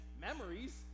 memories